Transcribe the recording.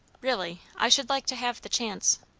really i should like to have the chance.